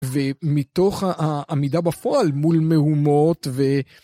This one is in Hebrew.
ומתוך העמידה בפועל מול מהומות ו...